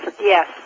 yes